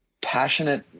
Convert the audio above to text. passionate